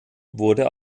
wurde